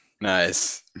Nice